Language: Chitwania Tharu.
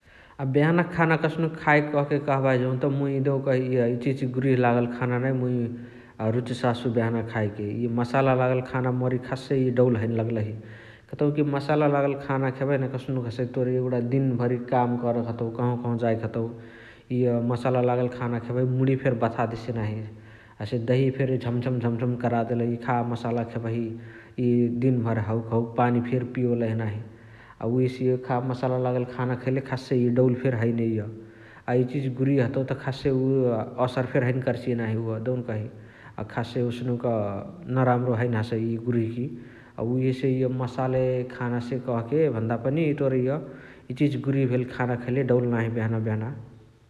अ बेहनक खाने कसनुक खाएके कहाँके कहबाही जौत मुइ इअ देउकही इचिहिची गुरिह लागल खाना नै मुइ रुचसासु बेहना खाएके । इअ मसाल लागल खान मोर इअ खास्सै डौल हैने लगलही । कतउकी मसाला लागल खाना खेबहिना कसनुक हसइ तोर एगुणा दिन भरी काम करके हतउ कहवा कहवा जाएके हतउ इअ मसाला लगल खाना खेबही मुणिय फेरी बथा देसिय नाही । हसे दहिया फेरी झमझम झमझम करादेलही खा मसाला खेबही । इअ दिन भरी हौक हौक पानी फेरी पिओलही नाही । अ उहेसे इअ खा मसाला लागल खाना खैले खास्सै डौल फेरी हैने इअ । अ इचिहिची गुरिहा हतउ त खास्से उ असर फेरी हैने कर्सिय नाही उअ देउकही । अ खास्से नराम्रो हैने हसइ इ गुर्हिकी । उहेसे इअ मसाले खाना से कहके भन्दा पनि तोर इअ इचिहिची गुरिह भेल खाना खैले डौल नाही बेहना बेहना